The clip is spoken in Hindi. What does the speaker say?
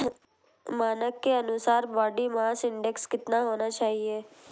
मानक के अनुसार बॉडी मास इंडेक्स कितना होना चाहिए?